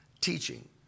teaching